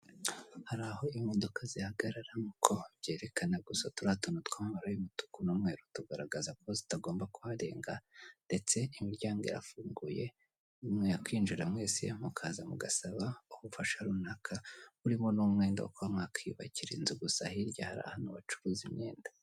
Hari aho imodoka zihagarara nkuko babyerekana gusa turiya tuntu tw'amabara y'umutuku n'umweru tugaragaza ko zitagomba kuharenga ,ndetse imiryango irafunguye mwakwinjira mwese mukaza mugasaba ubufasha runaka, burimo n'umwenda wo kuba mwakwiyubakira inzu ,gusa hirya hari ahantu bacuruza imyenda.